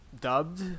dubbed